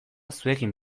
zuekin